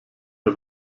der